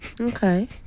Okay